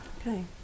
okay